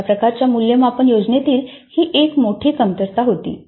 अशा प्रकारच्या मूल्यमापन योजनेतील ही एक मोठी कमतरता होती